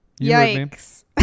Yikes